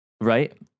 Right